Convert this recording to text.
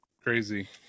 crazy